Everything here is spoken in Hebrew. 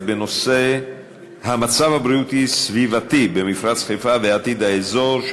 בנושא המצב הבריאותי-סביבתי במפרץ חיפה ועתיד האזור,